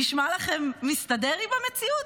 נשמע לכם מסתדר עם המציאות?